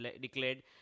declared